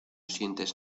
sientes